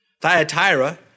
Thyatira